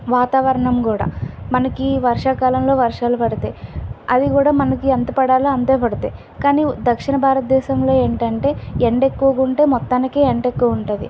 వాతావరణం కూడా మనకి వర్షాకాలంలో వర్షాలు పడతాయి అది కూడా మనకి ఎంత పడాలో అంతే పడతాయి కానీ దక్షిణ భారతదేశంలో ఏంటంటే ఎండ ఎక్కువగా ఉంటే మొత్తానికి ఎండ ఎక్కువ ఉంటుంది